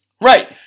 Right